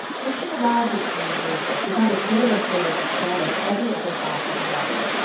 when she arrived at green gables she found a state of affairs which banished every other thought from her mind.